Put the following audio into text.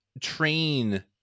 train